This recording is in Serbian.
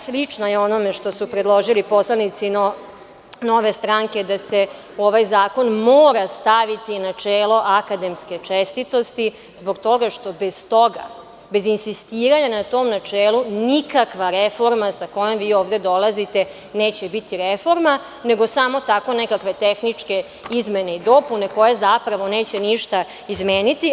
Slično je onome što su predložili poslanici nove stranke da se ovaj zakon mora staviti na čelo akademske čestitosti, zbog toga što bi stoga, bez insistiranja na tom načelu nikakva reforma sa kojom vi ovde dolazite neće biti reforma, nego samo tako nekakve tehničke izmene i dopune koje zapravo neće ništa izmeniti.